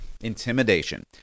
intimidation